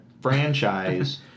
franchise